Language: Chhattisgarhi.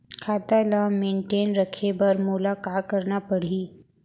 खाता ल मेनटेन रखे बर मोला का करना पड़ही?